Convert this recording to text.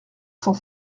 cent